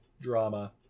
drama